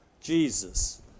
Jesus